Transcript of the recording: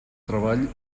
treball